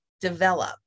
develop